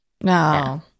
No